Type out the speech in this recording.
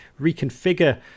reconfigure